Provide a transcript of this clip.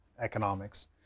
economics